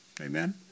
Amen